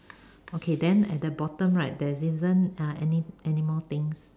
okay then at the bottom right there isn't uh any anymore things